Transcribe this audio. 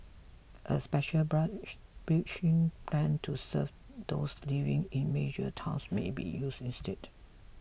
a special bus bridging plan to serve those living in major towns may be used instead